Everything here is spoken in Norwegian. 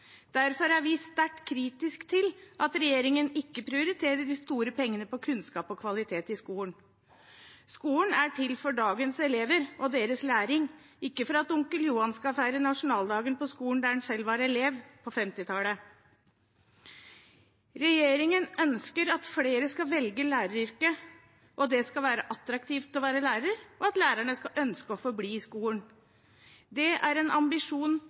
vi sterkt kritiske til at regjeringen ikke prioriterer de store pengene på kunnskap og kvalitet i skolen. Skolen er til for dagens elever og deres læring, ikke for at onkel Johan skal feire nasjonaldagen på skolen der han selv var elev på 1950-tallet. Regjeringen ønsker at flere skal velge læreryrket, at det skal være attraktivt å være lærer, og at lærerne skal ønske å forbli i skolen. Det er en ambisjon